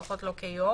לפחות לא כיושבת-ראש,